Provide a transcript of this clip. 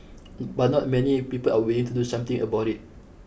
but not many people are willing to do something about it